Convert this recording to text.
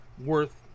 worth